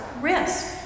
risk